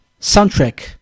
soundtrack